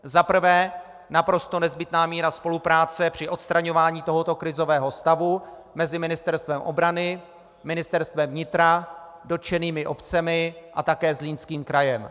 Za prvé naprosto nezbytná míra spolupráce při odstraňování tohoto krizového stavu mezi Ministerstvem obrany, Ministerstvem vnitra, dotčenými obcemi a také Zlínským krajem.